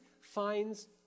finds